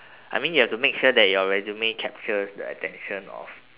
I mean you have to make sure your resume captures the attention of